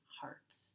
hearts